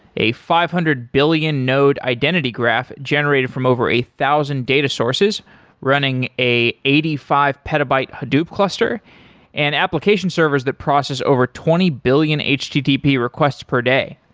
a five hundred billion node identity graph generated from over a thousand data sources running a eighty five petabyte hadoop cluster and application servers that process over twenty billion http requests per day.